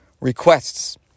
requests